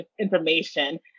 information